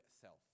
self